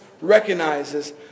recognizes